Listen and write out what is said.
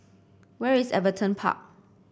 where is Everton Park